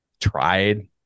tried